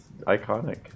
iconic